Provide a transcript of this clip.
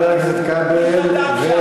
מי חתם, שאלתי.